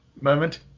moment